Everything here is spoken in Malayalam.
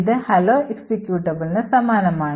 ഇത് hello എക്സിക്യൂട്ടബിളിന് സമാനമാണ്